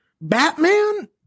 Batman